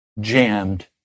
jammed